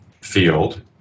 field